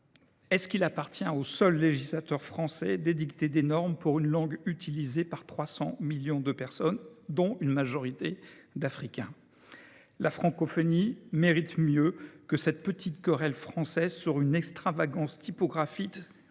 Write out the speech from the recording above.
générale, appartient il au seul législateur français d’édicter des normes pour une langue utilisée par 300 millions de personnes, dont une majorité d’Africains ? La francophonie mérite mieux que cette petite querelle française sur une extravagance typographique,